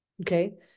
Okay